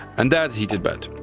and that's heated bed.